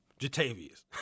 Jatavius